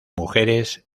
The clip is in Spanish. mujeres